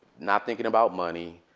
not thinking about money,